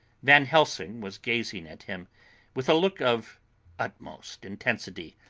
van helsing was gazing at him with a look of utmost intensity,